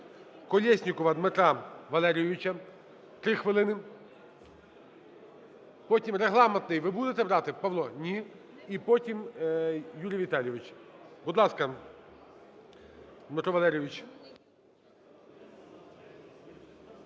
Колєснікова Дмитра Валерійовича, 3 хвилини. Потім, регламентний, ви будете брати, Павло, ні? І потім Юрій Віталійович. Будь ласка, Дмитро Валерійович.